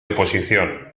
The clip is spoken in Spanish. oposición